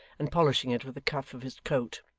and polishing it with the cuff of his coat,